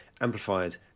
amplified